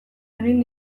egin